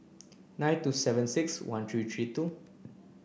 nine two seven six one three three two